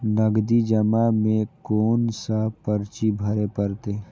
नगदी जमा में कोन सा पर्ची भरे परतें?